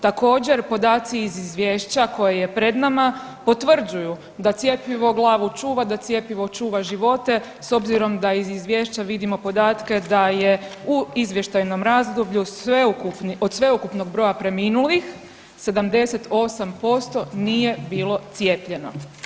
Također, podaci iz Izvješća koje je pred nama potvrđuju da cjepivo glavu čuva, da cjepivo čuva živote s obzirom da i iz izvješća vidimo podatke da je u izvještajnom razdoblju od sveukupnog broja preminulih, 78% nije bilo cijepljeno.